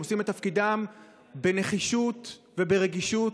הם עושים את תפקידם בנחישות וברגישות,